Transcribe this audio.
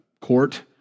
court